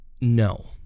No